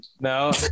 No